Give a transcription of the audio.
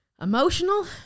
emotional